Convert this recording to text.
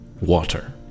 water